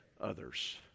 others